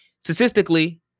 statistically